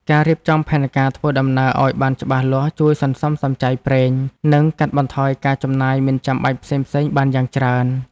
ការរៀបចំផែនការធ្វើដំណើរឱ្យបានច្បាស់លាស់ជួយសន្សំសំចៃប្រេង និងកាត់បន្ថយការចំណាយមិនចាំបាច់ផ្សេងៗបានយ៉ាងច្រើន។